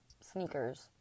sneakers